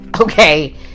Okay